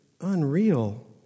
unreal